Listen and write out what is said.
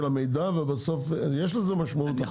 המידע ובסוף יש לזה משמעות לחוק הזה.